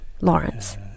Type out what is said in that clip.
Lawrence